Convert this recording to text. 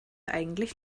eigentlich